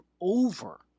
over